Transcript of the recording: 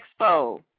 Expo